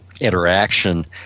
interaction